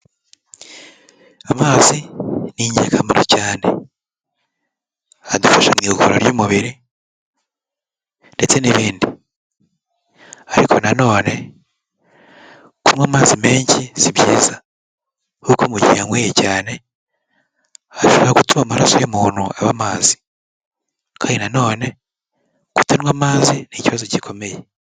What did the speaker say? Amazi n'ingirakamaro cyane adufasha mu igogorara ry'umubiri ndetse n'ibindi ariko na none kunywa amazi menshi si byiza kuko mu gihe yanyweye cyane ashobora gutuma amaraso y'umuntu aba amazi kandi na none kutanywa amazi n'ikibazo gikomeye..